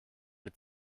mit